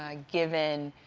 ah given